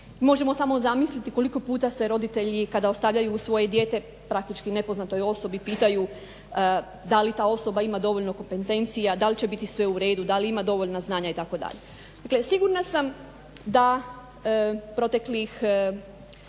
Možemo samo zamisliti koliko puta se roditelji kada ostavljaju svoje dijete praktički nepoznatoj osobi pitaju da li ta osoba ima dovoljno kompetencija, da li će biti sve u redu, da li ima dovoljno znanja itd. Dakle sigurna sam da proteklih,